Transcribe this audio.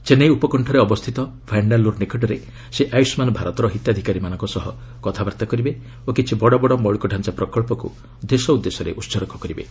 ଚେନ୍ଦାଇ ଉପକଣ୍ଠରେ ଅବସ୍ଥିତ ଭାଷ୍ଠାଲୁର ନିକଟରେ ସେ ଆୟୁଷ୍କାନ ଭାରତର ହିତାଧିକାରୀମାନଙ୍କ ସହ କଥାବାର୍ତ୍ତା କରିବେ ଓ କିଛି ବଡ଼ ବଡ଼ ମୌଳିକତାଞା ପ୍ରକ୍ସକ୍ର ଦେଶ ଉଦ୍ଦେଶ୍ୟରେ ଉତ୍ସର୍ଗ କରିବେ